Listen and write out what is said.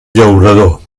llaurador